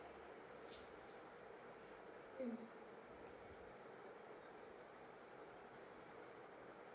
mm